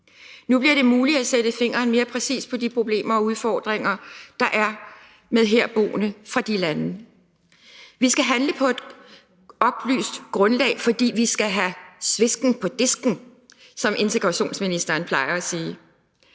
Nu bliver det muligt at sætte fingeren mere præcist på de problemer og udfordringer, der er med herboende personer fra de lande. Vi skal handle på et oplyst grundlag, for vi skal have svesken på disken, som integrationsministeren plejer at sige.